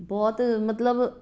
ਬਹੁਤ ਮਤਲਬ